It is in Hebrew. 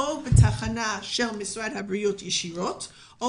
או בתחנה של משרד הבריאות ישירות או